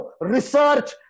research